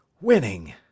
winning